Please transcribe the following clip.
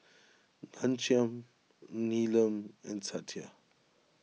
Ghanshyam Neelam and Satya